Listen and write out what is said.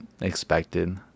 expected